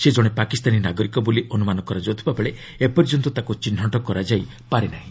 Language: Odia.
ସେ ଜଣେ ପାକିସ୍ତାନୀ ନାଗରିକ ବୋଲି ଅନୁମାନ କରାଯାଉଥିବାବେଳେ ଏପର୍ଯ୍ୟନ୍ତ ତାକୁ ଚିହ୍ନଟ କରାଯାଇପାରି ନାହିଁ